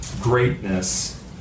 greatness